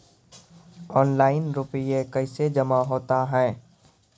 Online रुपये कैसे जमा होता हैं?